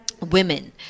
women